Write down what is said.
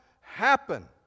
happen